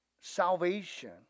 salvation